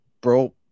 bro